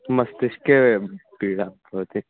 मस्तिष्के पीडा भवति